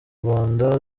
rwanda